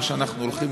מה שאנחנו הולכים,